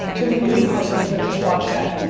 to the youtube hustlers that just watched that,